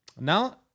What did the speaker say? Now